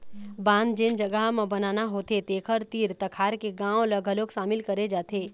बांध जेन जघा म बनाना होथे तेखर तीर तखार के गाँव ल घलोक सामिल करे जाथे